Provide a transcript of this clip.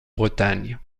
bretagne